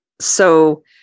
So-